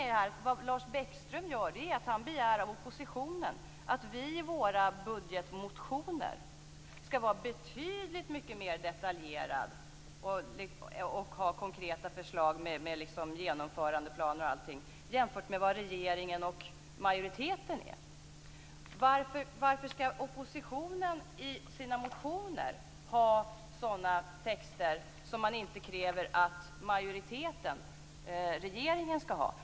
Vad Lars Bäckström gör är att han begär av oppositionen att vi i våra budgetmotioner skall vara betydligt mycket mer detaljerade, och ha konkreta förslag med genomförandeplaner och allt, än vad regeringen och majoriteten är. Varför skall oppositionen i sina motioner ha sådana texter som man inte kräver att majoriteten, regeringen, skall ha?